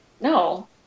no